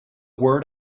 word